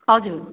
हजुर